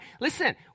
Listen